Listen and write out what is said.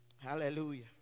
hallelujah